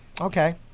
okay